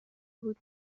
بود